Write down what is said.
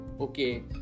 Okay